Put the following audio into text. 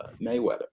Mayweather